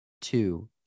two